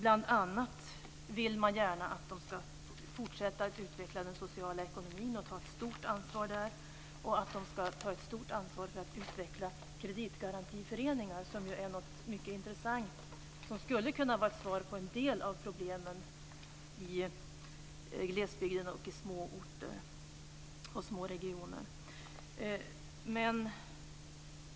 Man vill bl.a. gärna att de ska fortsätta att utveckla den sociala ekonomin och ta ett stort ansvar där och att de ska ta ett stort ansvar för att utveckla kreditgarantiföreningar, som är något mycket intressant som skulle kunna vara en lösning på en del av problemen i glesbygden, i små orter och i små regioner.